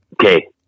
okay